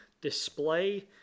display